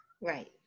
right